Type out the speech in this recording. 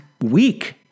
week